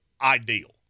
ideal